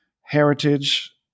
heritage